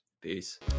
peace